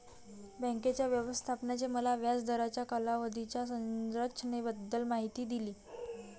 बँकेच्या व्यवस्थापकाने मला व्याज दराच्या कालावधीच्या संरचनेबद्दल माहिती दिली